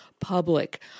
public